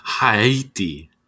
haiti